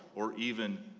or even